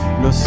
no